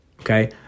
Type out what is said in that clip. okay